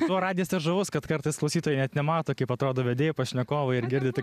tuo radijas ir žavus kad kartais klausytojai net nemato kaip atrodo vedėjai pašnekovai ir girdi tik